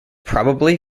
probably